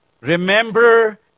remember